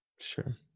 Sure